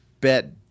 bet